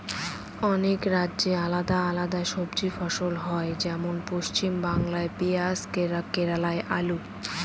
অনেক রাজ্যে আলাদা আলাদা সবজি ফসল হয়, যেমন পশ্চিমবাংলায় পেঁয়াজ কেরালায় আলু